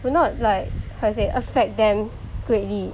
will not like how to say affect them greatly